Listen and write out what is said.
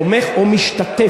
תומך או משתתף,